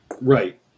right